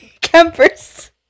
campers